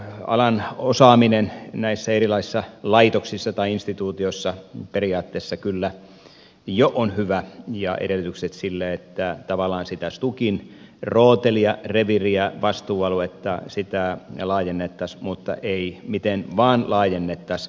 alan osaaminen näissä erilaisissa laitoksissa instituutioissa periaatteessa kyllä jo on hyvää ja on edellytykset sille että tavallaan sitä stukin rootelia reviiriä vastuualuetta laajennettaisiin mutta ei miten vain laajennettaisi